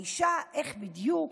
האישה: איך בדיוק?